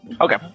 Okay